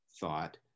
thought